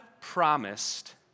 promised